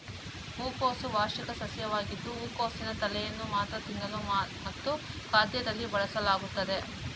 ಹೂಕೋಸು ವಾರ್ಷಿಕ ಸಸ್ಯವಾಗಿದ್ದು ಹೂಕೋಸಿನ ತಲೆಯನ್ನು ಮಾತ್ರ ತಿನ್ನಲು ಮತ್ತು ಖಾದ್ಯದಲ್ಲಿ ಬಳಸಲಾಗುತ್ತದೆ